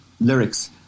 lyrics